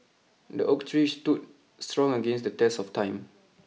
the oak tree stood strong against the test of time